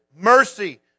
mercy